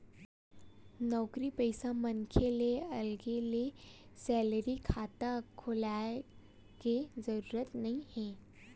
नउकरी पइसा मनखे ल अलगे ले सेलरी खाता खोलाय के जरूरत नइ हे